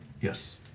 Yes